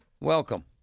Welcome